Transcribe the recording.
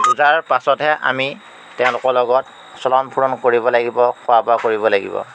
বুজাৰ পাছতহে আমি তেওঁলোকৰ লগত চলন ফুৰণ কৰিব লাগিব খোৱা বোৱা কৰিব লাগিব